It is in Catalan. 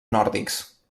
nòrdics